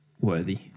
worthy